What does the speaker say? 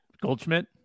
Goldschmidt